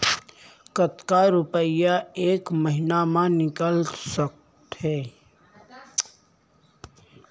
कतका रुपिया एक महीना म निकाल सकथव?